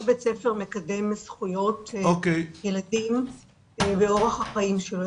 בית ספר מקדם זכויות ילדים באורח החיים שלו,